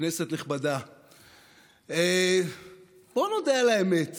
כנסת נכבדה, בואו נודה על האמת,